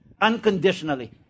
unconditionally